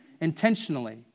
intentionally